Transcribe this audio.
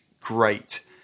great